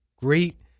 Great